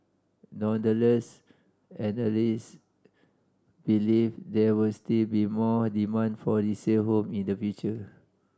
nonetheless analyst believe there will still be more demand for resale home in the future